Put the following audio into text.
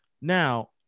now